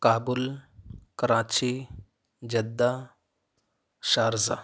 Kabul Karachi Jeddah Sharjah